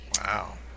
Wow